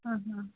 ಹಾಂ ಹಾಂ